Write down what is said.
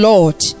Lord